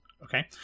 Okay